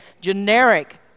generic